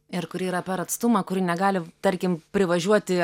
ir kuri yra per atstumą kuri negali tarkim privažiuoti